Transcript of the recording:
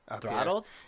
Throttled